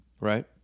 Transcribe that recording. Right